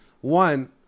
one